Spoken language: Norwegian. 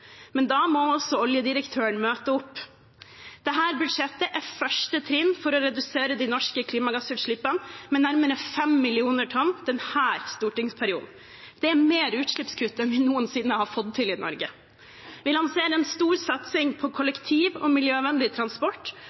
Men da må også oljedirektøren møte opp. Dette budsjettet er første trinn for å redusere de norske klimagassutslippene med nærmere 5 millioner tonn i denne stortingsperioden. Det er mer utslippskutt enn vi noensinne har fått til i Norge. Vi lanserer en stor satsing på kollektiv og miljøvennlig transport